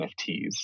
nfts